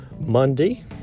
Monday